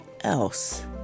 else